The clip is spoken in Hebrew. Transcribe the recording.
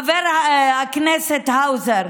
חבר הכנסת האוזר,